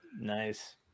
Nice